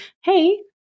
Hey